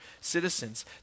citizens